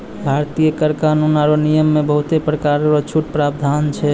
भारतीय कर कानून आरो नियम मे बहुते परकार रो छूट रो प्रावधान छै